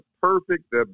perfect